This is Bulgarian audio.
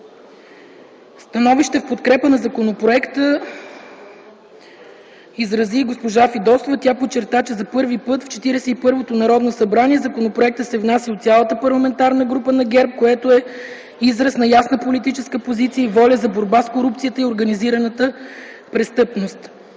становище в подкрепа на законопроекта изрази и госпожа Фидосова. Тя подчерта, че за първи път в 41-то Народно събрание законопроект се внася от цялата Парламентарна група на ПП „ГЕРБ”, което е израз на ясна политическа позиция и воля за борба с корупцията и организираната престъпност.